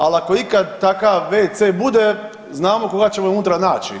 Ali ako ikada takav WC bude znamo koga ćemo unutra naći.